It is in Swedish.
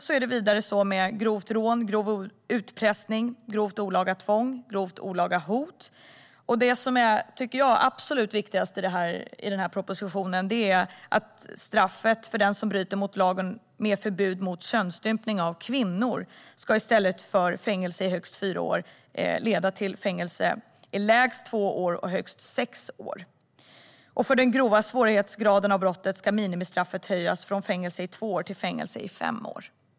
Vidare ska straffet höjas för grovt rån, grov utpressning, grovt olaga tvång och grovt olaga hot. Absolut viktigast i denna proposition är att straffet för den som bryter mot lagen om förbud mot könsstympning av kvinnor i stället för fängelse i högst fyra år ska få fängelse i lägst två år och högst sex år. För den grova svårhetsgraden av brottet ska minimistraffet höjas från fängelse i två år till fängelse i fem år.